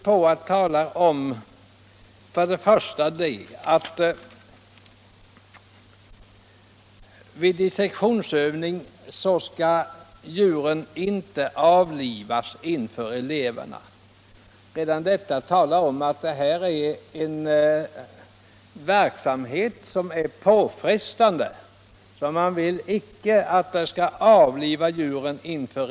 Det talas om att vid dissektionsövning skall djuren inte avlivas inför eleverna. Redan detta tyder på att dessa övningar är påfrestande.